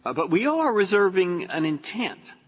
ah but we all are reserving an intent,